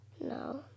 No